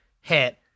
hit